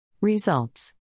Results